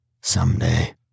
Someday